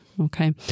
okay